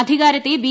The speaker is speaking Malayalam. അധികാരത്തെ ബി